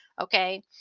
Okay